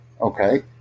Okay